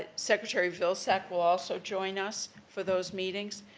ah secretary vilsack will also join us for those meetings.